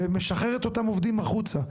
ומשחרר את אותם עובדים החוצה.